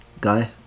guy